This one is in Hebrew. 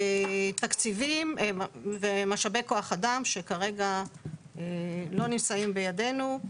תקציבים ומשאבי כוח אדם - שכרגע לא נמצאים בידינו.